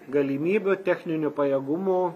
galimybių techninių pajėgumų